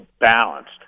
balanced